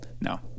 No